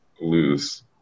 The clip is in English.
lose